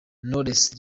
knowles